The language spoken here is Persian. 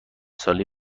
ساله